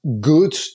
good